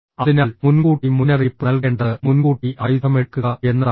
അതിനാൽ മുൻകൂട്ടി മുന്നറിയിപ്പ് നൽകേണ്ടത് മുൻകൂട്ടി ആയുധമെടുക്കുക എന്നതാണ്